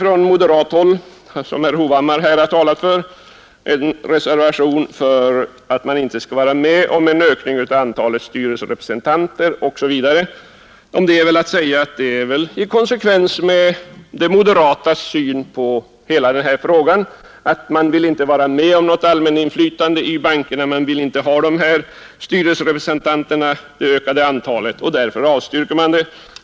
Från moderat håll finns en reservation, som herr Hovhammar har talat för, vari framhålls att man inte vill vara med om en ökning av antalet styrelserepresentanter osv. Om denna reservation är det att säga, att den är i konsekvens med de moderatas syn på hela denna fråga, då man ju inte vill vara med om något inflytande för det allmänna i bankerna. Man vill inte ha det ökade antalet styrelserepresentanter. Därför avstyrker man det förslaget.